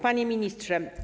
Panie Ministrze!